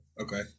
Okay